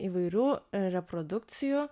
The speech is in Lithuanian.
įvairių reprodukcijų